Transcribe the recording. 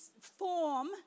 form